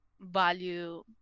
value